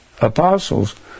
apostles